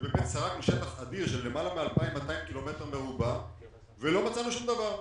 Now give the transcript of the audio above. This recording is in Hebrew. וסרקנו שטח אדיר של למעלה מ-2,200 קמ"ר ולא מצאנו שום דבר.